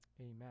Amen